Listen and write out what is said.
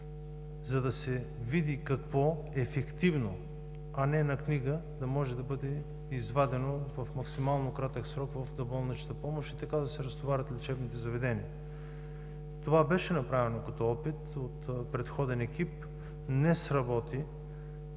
за да се види какво ефективно, а не на книга да може да бъде извадено в максимално кратък срок в доболничната помощ и така да се разтоварят лечебните заведения. Това беше направено като опит от предходен екип. Не сработи